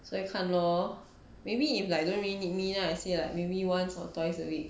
再看 lor maybe if like you don't really need me then I say like maybe once or twice a week